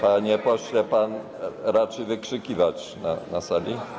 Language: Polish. Panie pośle, pan raczy wykrzykiwać na sali.